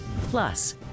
Plus